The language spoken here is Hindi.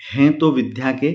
हैं तो विद्या के